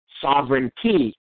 sovereignty